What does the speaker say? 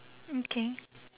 okay